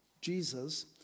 Jesus